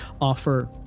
offer